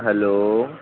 hello